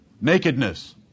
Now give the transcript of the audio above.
nakedness